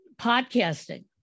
podcasting